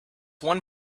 one